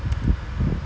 err no lah